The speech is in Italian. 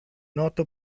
noto